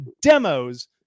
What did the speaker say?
demos